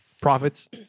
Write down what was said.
profits